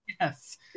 Yes